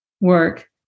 work